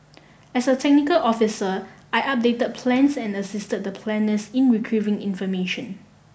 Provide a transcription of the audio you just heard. as a technical officer I updated plans and assisted the planners in retrieving information